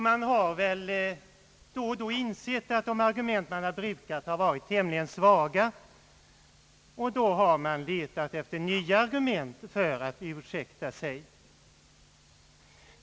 Man har väl då och då insett att de argument man brukat har varit tämligen svaga, och då har man letat efter nya argument för att ursäkta sig.